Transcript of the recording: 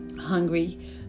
hungry